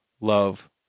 Love